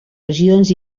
regions